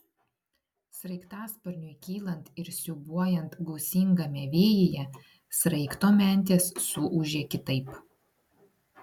sraigtasparniui kylant ir siūbuojant gūsingame vėjyje sraigto mentės suūžė kitaip